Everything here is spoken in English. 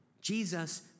Jesus